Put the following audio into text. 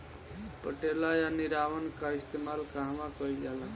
पटेला या निरावन का इस्तेमाल कहवा कइल जाला?